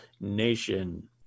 nation